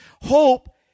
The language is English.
Hope